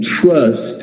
trust